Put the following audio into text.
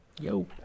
yo